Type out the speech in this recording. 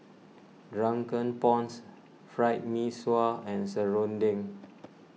Drunken Prawns Fried Mee Sua and Serunding